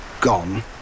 gone